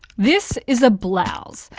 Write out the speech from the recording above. this is a blouse.